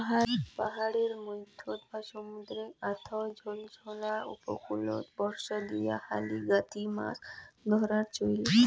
পাহাড়ের মইধ্যত বা সমুদ্রর অথাও ঝলঝলা উপকূলত বর্ষা দিয়া হালি গাঁথি মাছ ধরার চইল